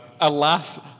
Alas